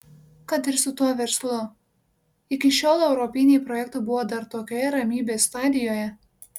kad ir su tuo verslu iki šiol europiniai projektai buvo dar tokioje ramybės stadijoje